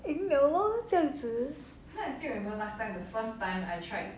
赢了 lor 这样子